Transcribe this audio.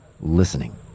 listening